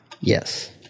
Yes